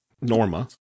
Norma